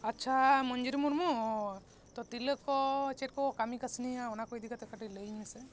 ᱟᱪᱪᱷᱟ ᱢᱚᱧᱡᱩᱨᱤ ᱢᱩᱨᱢᱩ ᱛᱳ ᱛᱤᱨᱞᱟᱹ ᱠᱚ ᱪᱮᱫ ᱠᱚ ᱠᱟᱹᱢᱤ ᱠᱟᱥᱱᱤᱭᱟ ᱚᱱᱟ ᱠᱚ ᱤᱫᱤ ᱠᱟᱛᱮᱫ ᱠᱟᱹᱴᱤᱡ ᱞᱟᱹᱭᱟᱹᱧ ᱢᱮᱥᱮ